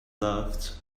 loved